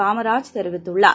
காமராஜ் தெரிவித்துள்ளார்